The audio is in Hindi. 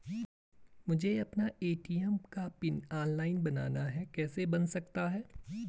मुझे अपना ए.टी.एम का पिन ऑनलाइन बनाना है कैसे बन सकता है?